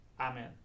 Amen